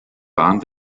waren